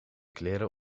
kleren